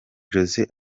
jose